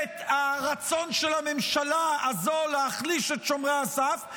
הרצון של הממשלה הזו להחליש את שומרי הסף,